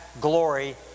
glory